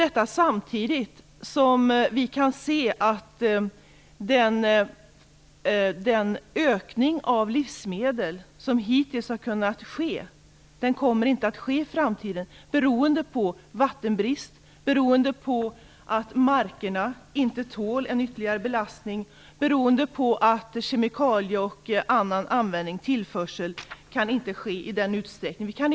Detta sker samtidigt som vi kan se att den ökning av livsmedlen som hittills har kunnat ske inte kommer att kunna göra det i framtiden. Detta beror på vattenbrist och på att markerna inte tål ytterligare belastning. Kemikalieanvändning och tillförsel av andra ämnen kan inte ske i samma utsträckning som tidigare.